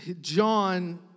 John